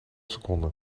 seconde